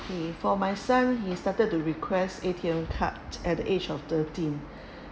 okay for my son he started to request A_T_M card at the age of thirteen